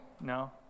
No